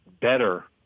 better